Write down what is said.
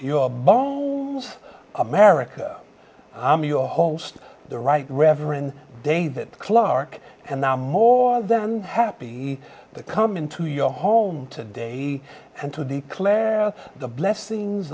your america i'm your host the right reverend david clark and i'm more than happy to come into your home to day and to declare the blessings